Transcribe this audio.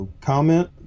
comment